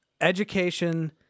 education